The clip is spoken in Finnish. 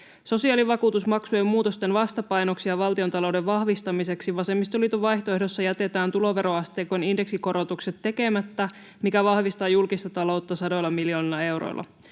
Sosiaalivakuutusmaksujen muutosten vastapainoksi ja valtiontalouden vahvistamiseksi vasemmistoliiton vaihtoehdossa jätetään tuloveroasteikon indeksikorotukset tekemättä, mikä vahvistaa julkista ta-loutta sadoilla miljoonilla euroilla.